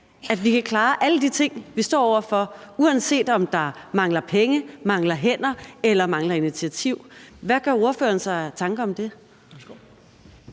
at vi kan klare alle de ting, vi står over for, uanset om der mangler penge, mangler hænder eller mangler initiativ. Hvad gør partilederen sig af tanker om det?